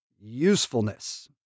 usefulness